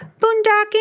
boondocking